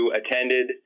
attended